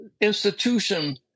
institution